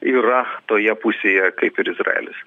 yra toje pusėje kaip ir izraelis